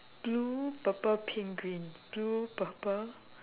blue purple pink green blue purple